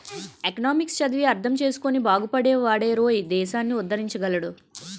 economics చదివి అర్థం చేసుకుని బాగుపడే వాడేరోయ్ దేశాన్ని ఉద్దరించగలడు